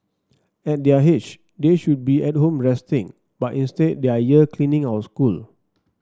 at their age they should be at home resting but instead they are here cleaning our school